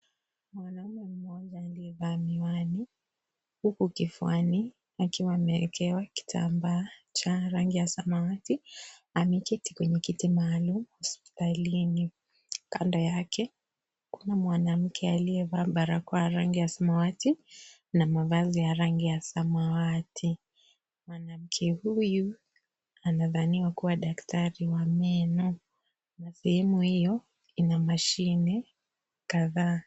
Mwanaume mmoja aliyevaa miwani huku kifuani akiwa ameekewa kitambaa cha rangi ya samawati ameketi kwenye kiti maalum hospitalini. Kando yake kuna mwanamke aliyevaa barakoa ya rangi ya samawati na mavazi ya rangi ya samawati. Mwanamke huyu anadhaniwa kuwa daktari wa meno na sehemu hiyo ina mashine kadhaa.